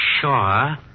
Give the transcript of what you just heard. sure